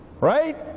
right